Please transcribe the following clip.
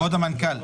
כבוד המנכ"ל,